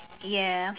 ya